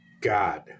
God